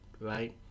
right